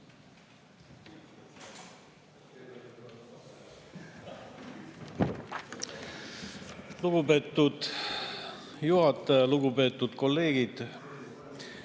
Lugupeetud juhataja! Lugupeetud kolleegid!